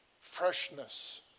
freshness